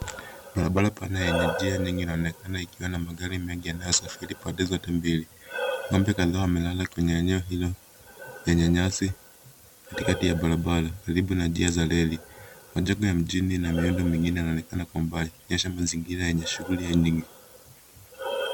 Barabara pana yenye njia nyingi inaonekana ikiwa na magari mengi yanayosafiri pande zote mbili. Ng'ombe kadhaa wamelala kwenye eneo hilo, lenye nyasi, katikati ya barabara, karibu na njia za reli. Majengo ya mjini na miundo mingine yanaonekana kwa mbali, yakionyesha mazingira yenye shughuli nyingi.